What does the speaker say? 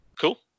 cool